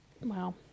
wow